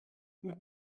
mit